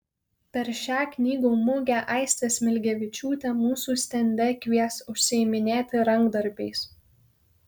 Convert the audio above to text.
per šią knygų mugę aistė smilgevičiūtė mūsų stende kvies užsiiminėti rankdarbiais